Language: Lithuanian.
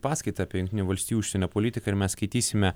paskaitą apie jungtinių valstijų užsienio politiką ir mes skaitysime